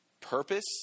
purpose